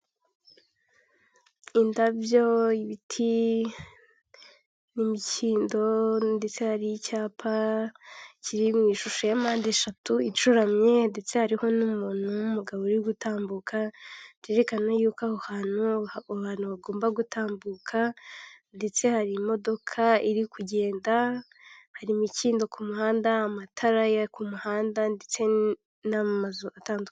Indabyo, ibiti, n'imikindo ndetse hari icyapa kiri mu ishusho ya mpandeshatu icuramye, ndetse hariho n'umuntu wumugabo uri gutambuka, byerekana yuko aho hantu abantu bagomba gutambuka, ndetse harimo iri kugenda, hari imikindo ku muhanda, amatara yo ku muhanda, ndetse n'amazu atandukanye .